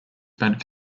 spent